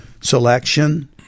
selection